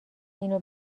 اینو